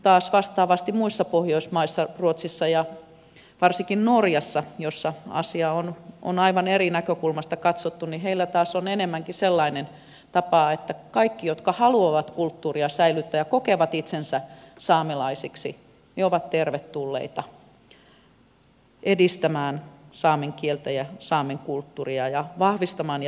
taas vastaavasti muissa pohjoismaissa ruotsissa ja varsinkin norjassa jossa asiaa on aivan eri näkökulmasta katsottu on enemmänkin sellainen tapa että kaikki jotka haluavat kulttuuria säilyttää ja kokevat itsensä saamelaisiksi ovat tervetulleita edistämään saamen kieltä ja saamen kulttuuria ja vahvistamaan ja ylläpitämään sitä